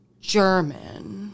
German